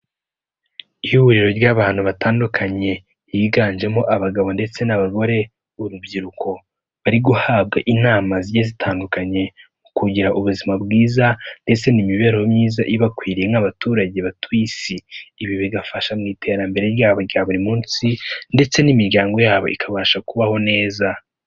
Ihuriro ry'abantu batandukanye, higanjemo abagabo ndetse n'abagore, urubyiruko bari guhabwa inama zigiye zitandukanye mu kugira ubuzima bwiza ndetse n'imibereho myiza ibakwiriye nk'abaturage batuye isi. Ibi bigafasha mu iterambere ryabo rya buri munsi ndetse n'imiryango yabo ikabasha kubaho neza.